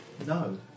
No